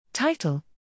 Title